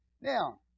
Now